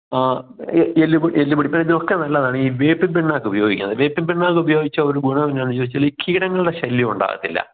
ആ എല്ലുപൊടി എല്ലുപൊടി നല്ലതാണ് ഈ വേപ്പിൻ പിണ്ണാക്ക് ഉപയോഗിക്കുന്നത് വേപ്പിൻ പിണ്ണാക്ക് ഉപയോഗിച്ചാൽ ഒരു ഗുണം എന്നാന്ന് ചോദിച്ചാൽ ഈ കീടങ്ങളുടെ ശല്യം ഉണ്ടാവത്തില്ല